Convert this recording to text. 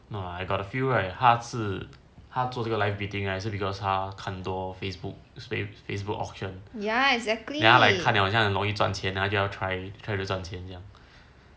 no I got a feel right 他是他做这个 live bidding 还是 because 他看很多 facebook 所以 facebook auction then 他 like 看了很像很容易赚钱他就要 try to 赚钱这样